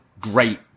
great